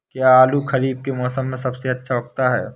क्या आलू खरीफ के मौसम में सबसे अच्छा उगता है?